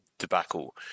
Tobacco